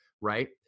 right